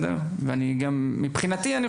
מבחינתי,